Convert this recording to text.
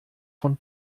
von